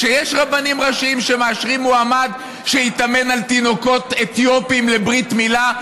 שיש רבנים ראשיים שמאשרים מועמד שיתאמן על תינוקות אתיופיים לברית מילה,